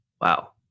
Wow